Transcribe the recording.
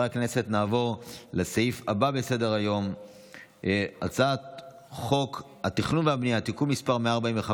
אני קובע שהצעת חוק חוזה הביטוח (תיקון מס' 12),